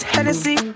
Hennessy